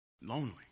Lonely